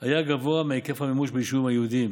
היה גבוה מהיקף המימוש ביישובים היהודיים